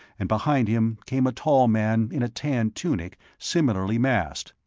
and behind him came a tall man in a tan tunic, similarly masked.